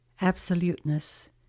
absoluteness